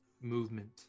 movement